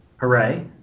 Hooray